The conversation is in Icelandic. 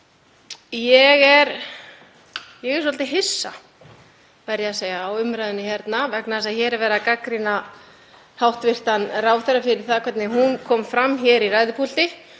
Ég er svolítið hissa, verð ég að segja, á umræðunni hérna vegna þess að hér er verið að gagnrýna hæstv. ráðherra fyrir það hvernig hún kom fram í ræðupúlti.